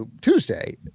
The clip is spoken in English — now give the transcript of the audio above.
Tuesday